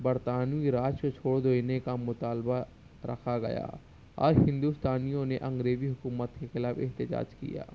برطانوی راج کو چھوڑ دینے کا مطالبہ رکھا گیا اور ہندوستانیوں نے انگریزی حکومت کے خلاف احتجاج کیا